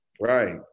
Right